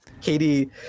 katie